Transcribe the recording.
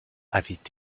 avait